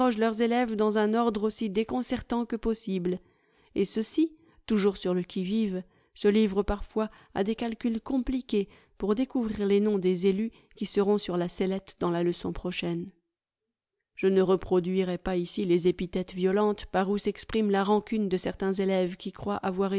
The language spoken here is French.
leurs élèves dans un ordre aussi déconcertant que possible et ceux-ci toujours sur le qui-vive se livrent parfois à des calculs compliqués pour découvrir les noms des élus qui seront sur la sellette dans la leçon prochaine je ne reproduirai pas ici lesépithètes violentes par où s'exprime la rancune de certains élèves qui croient avoir